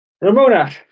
Ramona